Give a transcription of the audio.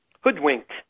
hoodwinked